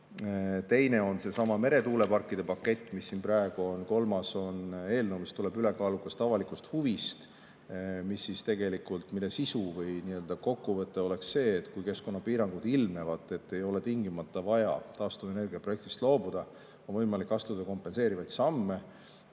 [samm] on seesama meretuuleparkide pakett, mis siin praegu on. Kolmas on eelnõu, mis tuleneb ülekaalukast avalikust huvist ja mille sisu või kokkuvõte oleks see, et kui keskkonnapiirangud ilmnevad, siis ei ole tingimata vaja taastuvenergia projektist loobuda, vaid on võimalik astuda kompenseerivaid samme.